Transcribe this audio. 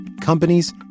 companies